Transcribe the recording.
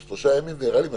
שלושה ימים זה נראה לי מצחיק.